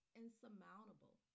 insurmountable